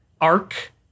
arc